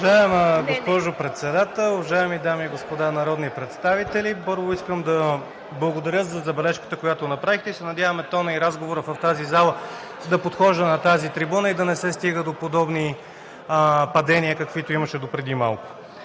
Уважаема госпожо Председател, уважаеми дами и господа народни представители! Първо, искам да благодаря за забележката, която направихте. Надявам се тонът и разговорът в тази зала да подхождат на тази трибуна и да не се стига до подобни падения, каквито имаше до преди малко.